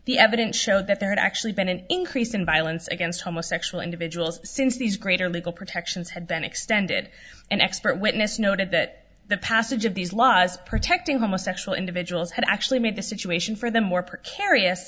the evidence showed that there had actually been an increase in violence against homosexuals and vigils since these greater legal protections had been extended an expert witness noted that the passage of these laws protecting homosexual individuals had actually made the situation for them more precarious